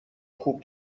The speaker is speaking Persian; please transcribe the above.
خوب